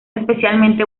especialmente